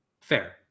fair